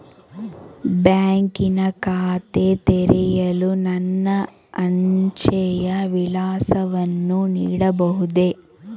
ಬ್ಯಾಂಕಿನ ಖಾತೆ ತೆರೆಯಲು ನನ್ನ ಅಂಚೆಯ ವಿಳಾಸವನ್ನು ನೀಡಬಹುದೇ?